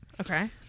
Okay